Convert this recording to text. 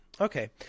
Okay